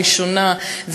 בפעם הראשונה,